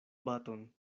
baton